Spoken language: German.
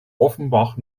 offenbach